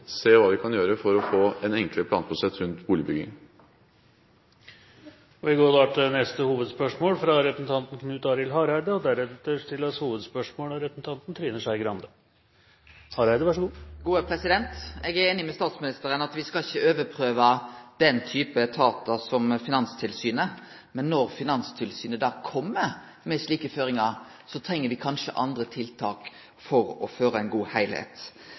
se hva vi kan gjøre for å få en enklere planprosess rundt boligbygging. Vi går videre til neste hovedspørsmål. Eg er einig med statsministeren i at me skal ikkje overprøve den type etatar som Finanstilsynet, men når Finanstilsynet da kjem med slike føringar, treng me kanskje andre tiltak for å føre ein god